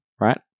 right